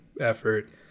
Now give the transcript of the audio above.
effort